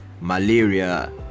malaria